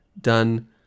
done